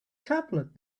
tablet